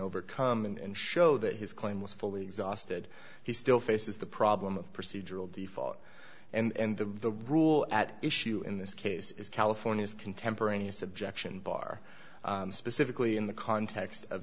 overcome and show that his claim was fully exhausted he still faces the problem of procedural default and the the rule at issue in this case is california's contemporaneous objection bar specifically in the context of